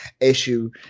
issue